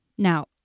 Now